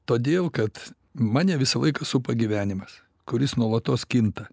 todėl kad mane visą laiką supa gyvenimas kuris nuolatos kinta